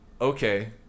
okay